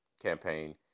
campaign